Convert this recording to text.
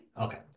Okay